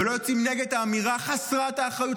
ולא יוצאים נגד האמירה חסרת אחריות,